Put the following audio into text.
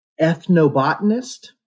ethnobotanist